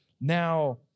now